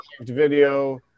video